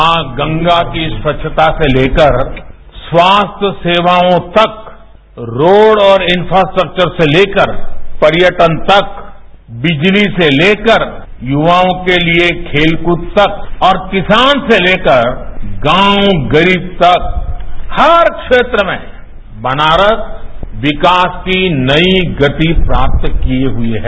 मां गंगा की स्वच्छता से लेकर स्वास्थ्य सेवाओं तक रोड़ और इन्फ्रा स्टक्चर से लेकर पर्यटन तक बिजली से लेकर युवाओं के लिए खेलकूद तक और किसान से लेकर गांव गरीब तक हर क्षेत्र में बनारस विकास की नई गति प्राप्त किये हुए है